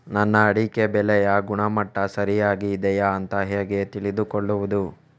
ನನ್ನ ಅಡಿಕೆ ಬೆಳೆಯ ಗುಣಮಟ್ಟ ಸರಿಯಾಗಿ ಇದೆಯಾ ಅಂತ ಹೇಗೆ ತಿಳಿದುಕೊಳ್ಳುವುದು?